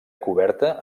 coberta